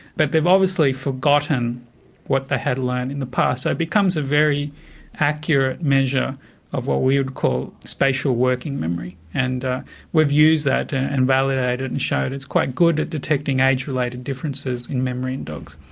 but they've obviously forgotten what they had learned in the past, so it becomes a very accurate measure of what we would call spatial working memory and ah we've used that and validated and showed it's quite good at detecting age-related differences in memory in dogs.